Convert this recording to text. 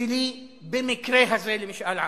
שלי במקרה הזה למשאל עם.